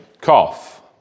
cough